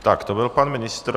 Tak to byl pan ministr.